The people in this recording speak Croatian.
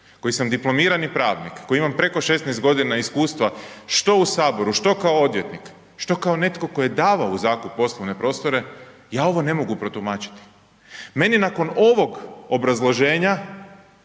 koji sam diplomirani pravnik, koji imam preko 16 godina iskustva što u Saboru, što kao odvjetnik, što kao netko tko je davao u zakup poslovne prostore ja ovo ne mogu protumačiti. Meni nakon ovog obrazloženja